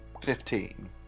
Fifteen